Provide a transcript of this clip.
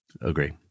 Agree